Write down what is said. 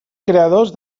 creadors